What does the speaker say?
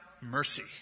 mercy